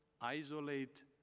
isolate